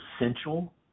Essential